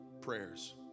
prayers